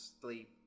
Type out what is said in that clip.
sleep